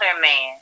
man